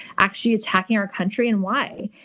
actually attacking our country, and why?